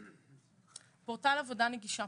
לגבי פורטל עבודה נגישה.